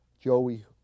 Joey